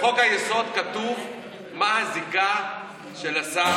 בחוק-היסוד כתוב מה הזיקה של השר,